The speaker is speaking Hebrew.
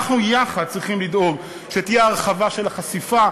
אנחנו יחד צריכים לדאוג שתהיה הרחבה של החשיפה,